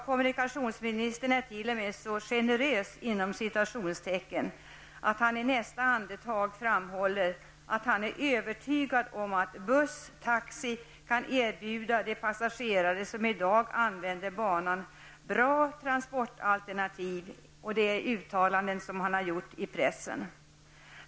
Kommunikationsministern är t.o.m. så ''generös'' att han i nästa andetag framhåller att han är övertygad om att buss och taxi kan erbjuda de passagerare som i dag använder banan bra transportalternativ. Det är uttalanden som han har gjort i pressen.